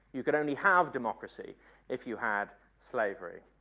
you could only have democracy if you had slavery.